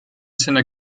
seiner